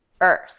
earth